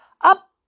Up